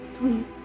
Sweet